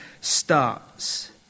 starts